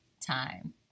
time